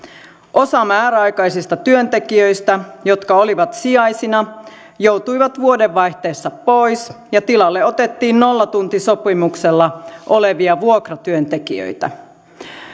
osa määräaikaisista työntekijöistä jotka olivat sijaisina joutui vuodenvaihteessa pois ja tilalle otettiin nollatuntisopimuksella olevia vuokratyöntekijöitä